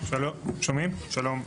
שלום,